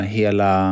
hela